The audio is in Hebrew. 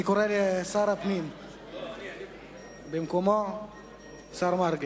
אני קורא לשר מרגי במקום שר הפנים.